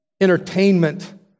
entertainment